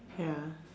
ya